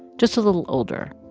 just a little older.